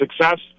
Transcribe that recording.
success